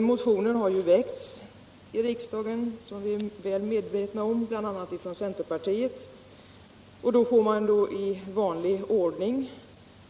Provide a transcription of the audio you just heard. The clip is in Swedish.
Motioner i frågan har väckts i riksdagen bl.a. från centerpartiet. Man får därför i vanlig ordning